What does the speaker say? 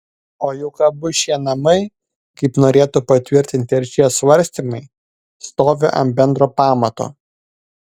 o juk abu šie namai kaip norėtų patvirtinti ir šie svarstymai stovi ant bendro pamato